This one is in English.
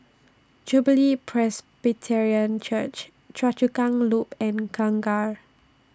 Jubilee Presbyterian Church Choa Chu Kang Loop and Kangkar